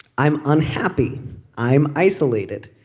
i'm unhappy i'm isolated.